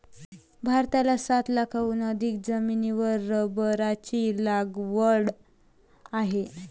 भारतात सात लाखांहून अधिक जमिनीवर रबराची लागवड आहे